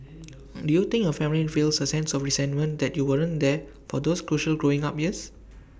do you think your family feels A sense of resentment that you weren't there for those crucial growing up years